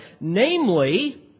namely